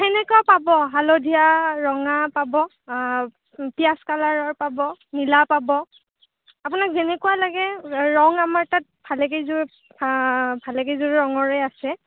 সেনেকুৱা পাব হালধীয়া ৰঙা পাব পিঁয়াজ কালাৰৰ পাব নীলা পাব আপোনাক যেনেকুৱা লাগে ৰং আমাৰ তাত ভালেকেইযোৰ ভালেকেইযোৰ ৰঙৰে আছে